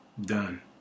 Done